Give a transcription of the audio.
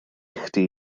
chdi